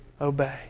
obey